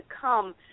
come